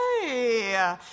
hey